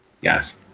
yes